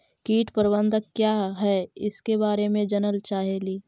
कीट प्रबनदक क्या है ईसके बारे मे जनल चाहेली?